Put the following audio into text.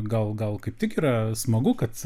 gal gal kaip tik yra smagu kad